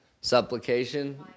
Supplication